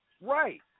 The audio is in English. Right